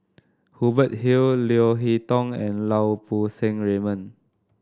Hubert Hill Leo Hee Tong and Lau Poo Seng Raymond